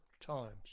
times